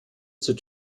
zur